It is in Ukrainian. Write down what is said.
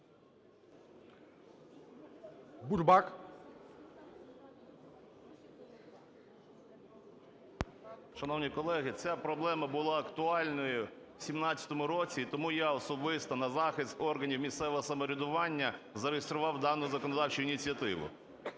М.Ю. Шановні колеги, ця проблема була актуальною в 17-му році. І тому я особисто на захист органів місцевого самоврядування зареєстрував дану законодавчу ініціативу.